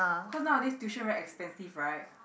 cause nowadays tuition very expensive right